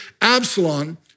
Absalom